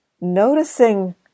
noticing